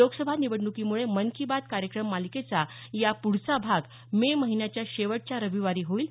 लोकसभा निवडणुकीमुळे मन की बात कार्यक्रम मालिकेचा या पुढचा भाग मे महिन्याच्या शेवटच्या रविवारी होईल